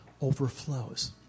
overflows